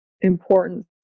importance